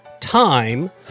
time